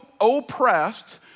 oppressed